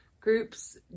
groups